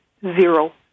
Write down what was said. Zero